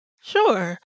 Sure